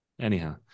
anyhow